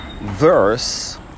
verse